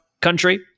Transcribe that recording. country